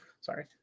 Sorry